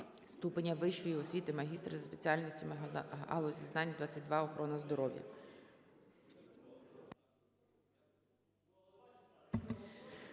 ступеня вищої освіти магістр за спеціальностями галузі знань "22 Охорона здоров'я".